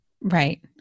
right